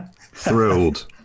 thrilled